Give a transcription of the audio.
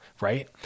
right